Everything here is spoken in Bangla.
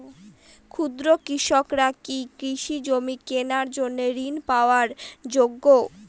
ক্ষুদ্র কৃষকরা কি কৃষি জমি কেনার জন্য ঋণ পাওয়ার যোগ্য?